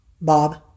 Bob